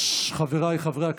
חבריי חברי הכנסת,